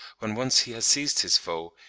when once he has seized his foe,